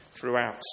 throughout